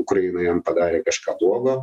ukraina jam padarė kažką blogo